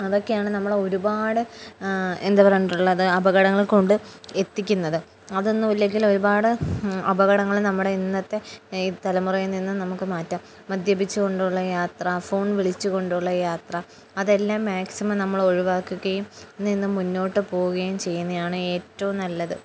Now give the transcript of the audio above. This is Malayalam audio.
അതൊക്കെയാണ് നമ്മള് ഒരുപാട് എന്താ പറണ്ടുള്ളത് അപകടങ്ങൾ കൊണ്ട് എത്തിക്കുന്നത് അതൊന്നുമല്ലെങ്കിൽ ഒരുപാട് അപകടങ്ങള് നമ്മുടെ ഇന്നത്തെ തലമുറയിൽ നിന്ന്ും നമുക്ക് മാറ്റാം മദ്യപിച്ച കൊണ്ടുള്ള യാത്ര ഫോൺ വിളിച്ച കൊണ്ടുള്ള യാത്ര അതെല്ലാം മാക്സിമം നമ്മള് ഒഴിവാക്കുകയുംന്ന് മുന്നോട്ട് പോവുകയും ചെയ്യുന്നയാണ് ഏറ്റവും നല്ലത്